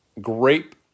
grape